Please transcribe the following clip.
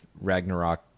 Ragnarok